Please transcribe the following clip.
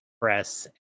Press